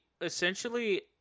essentially